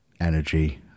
energy